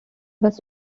was